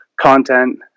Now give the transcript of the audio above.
content